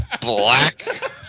Black